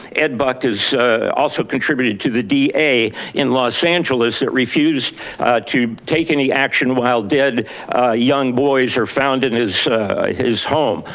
ed buck has also contributed to the da in los angeles that refused to take any action while dead young boys are found in his his home.